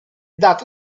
data